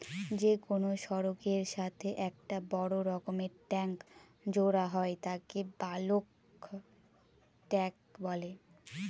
যে কোনো সড়কের সাথে একটা বড় রকমের ট্যাংক জোড়া হয় তাকে বালক ট্যাঁক বলে